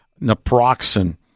naproxen